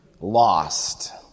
Lost